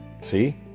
See